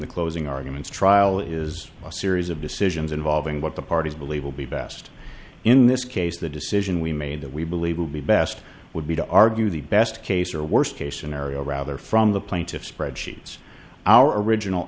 the closing arguments trial is a series of decisions involving what the parties believe will be best in this case the decision we made that we believe will be best would be to argue the best case or worst case scenario rather from the plaintiff's spreadsheets our original